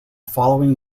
following